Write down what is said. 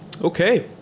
Okay